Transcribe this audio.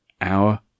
hour